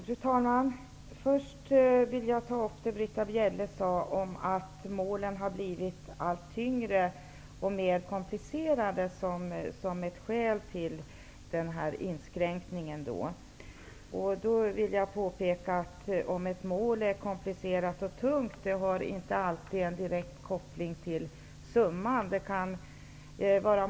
Fru talman! Först vill jag ta upp det Britta Bjelle sade om att målen har blivit allt tyngre och mer komplicerade och att det utgör ett skäl till att göra den inskränkning som nu föreslås. Då vill jag påpeka att om ett mål är komplicerat och tungt, har det inte alltid en direkt koppling till summan som det gäller.